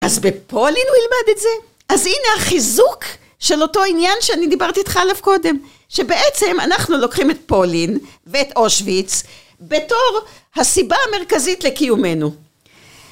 אז בפולין הוא ילמד את זה?! אז הנה החיזוק של אותו עניין שאני דיברתי איתך עליו קודם, שבעצם אנחנו לוקחים את פולין ואת אושוויץ בתור הסיבה המרכזית לקיומנו.